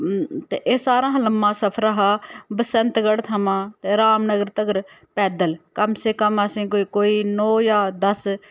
ते एह् सारें शा लम्मां सफर हा बसंतगढ़ थमां ते रामनगर तगर पैदल कम से कम असें कोई नौ जां दस